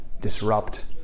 Disrupt